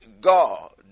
God